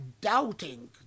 doubting